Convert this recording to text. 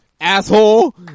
Asshole